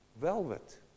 Velvet